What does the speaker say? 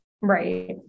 Right